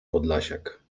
podlasiak